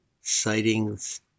sightings